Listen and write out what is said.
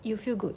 you feel good